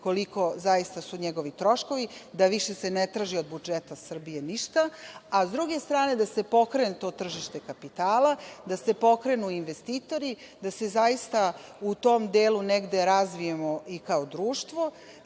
koliko zaista su njegovi troškovi, da se više ne traži od budžeta Srbije ništa.S druge strane, da se pokrene to tržište kapitala, da se pokrenu investitori, da se zaista u tom delu negde razvijemo i kao društvo